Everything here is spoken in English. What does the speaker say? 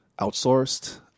Outsourced